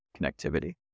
connectivity